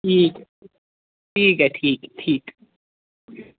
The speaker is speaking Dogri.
ठीक ऐ ठीक ऐ ठीक